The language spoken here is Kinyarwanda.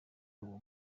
uwo